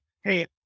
hey